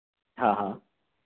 हाँ हाँ